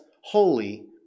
holy